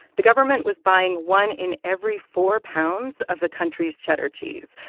the government was buying one in every four pounds of the country's cheddar cheese.